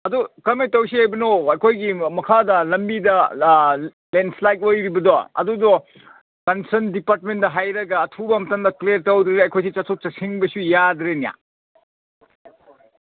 ꯑꯗꯨ ꯀꯃꯥꯏꯅ ꯇꯧꯁꯤ ꯍꯥꯏꯕꯅꯣ ꯑꯩꯈꯣꯏꯒꯤ ꯃꯈꯥꯗ ꯂꯝꯕꯤꯗ ꯂꯦꯟꯏꯁꯂꯥꯏꯠ ꯑꯣꯏꯔꯤꯕꯗꯣ ꯑꯗꯨꯗꯣ ꯀꯟꯁꯔꯟ ꯗꯤꯄꯥꯔꯠꯃꯦꯟꯗ ꯍꯥꯏꯔꯒ ꯑꯊꯨꯕ ꯃꯇꯝꯗ ꯀ꯭ꯂꯦꯌꯥꯔ ꯇꯧꯗ꯭ꯔꯗꯤ ꯑꯩꯈꯣꯏꯗꯤ ꯆꯠꯊꯣꯛ ꯆꯠꯁꯤꯟꯗꯁꯨ ꯌꯥꯗ꯭ꯔꯦꯅꯦ